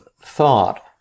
thought